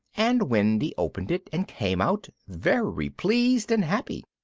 and wendy opened it and came out, very pleased and happy.